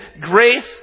grace